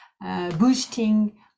boosting